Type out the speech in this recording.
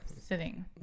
Sitting